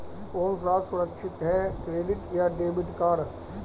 कौन सा सुरक्षित है क्रेडिट या डेबिट कार्ड?